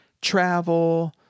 travel